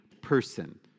person